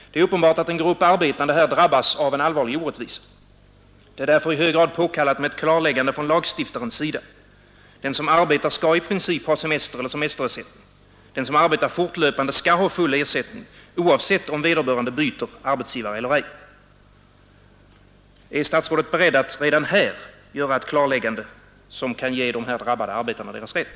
Det är uppenbart att en grupp arbetande här drabbas av en allvarlig orättvisa. Det är därför i hög grad påkallat med ett klarläggande från lagstiftarens sida. Den som arbetar skall i princip ha semester eller semesterersättning. Den som arbetar fortlöpande skall ha full ersättning, oavsett om vederbörande byter arbetsgivare eller ej. Är statsrådet beredd att redan här göra ett klarläggande som kan ge de drabbade arbetarna deras rätt?